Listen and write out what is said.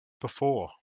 before